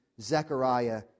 Zechariah